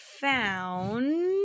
found